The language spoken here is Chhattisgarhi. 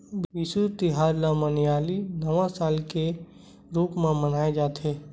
बिसु तिहार ल मलयाली नवा साल के रूप म मनाए जाथे